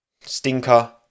Stinker